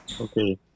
Okay